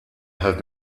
have